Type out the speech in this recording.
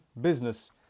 business